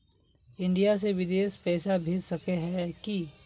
India से बिदेश पैसा भेज सके है की?